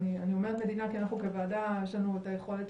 אני אומרת מדינה כי אנחנו כוועדה יש לנו את היכולת